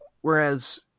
Whereas